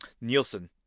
Nielsen